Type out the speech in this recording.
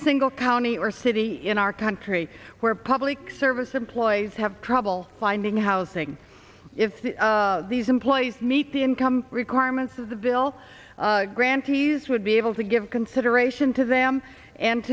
single county or city in our country where public service employees have trouble finding housing if these employees meet the income requirements of the bill grantees would be able to give consideration to them and